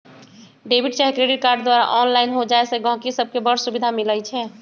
debit चाहे credit card द्वारा online हो जाय से गहकि सभके बड़ सुभिधा मिलइ छै